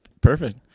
Perfect